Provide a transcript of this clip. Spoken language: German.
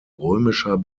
römischer